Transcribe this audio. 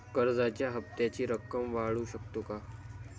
कर्जाच्या हप्त्याची रक्कम वाढवू शकतो का?